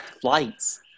flights